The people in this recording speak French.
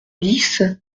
dix